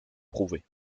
prouvée